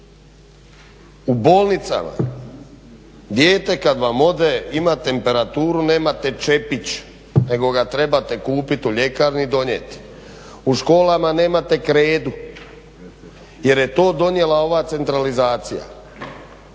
U bolnicama dijete kad vam ode, ima temperaturu nemate čepić, nego ga trebate kupit u ljekarni i donijeti. U školama nemate kredu, jer je to donijela ova centralizacija,